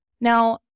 Now